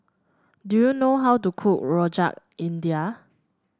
do you know how to cook Rojak India